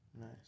Nice